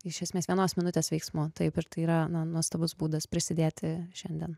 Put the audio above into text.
iš esmės vienos minutės veiksmu taip ir tai yra nuostabus būdas prisidėti šiandien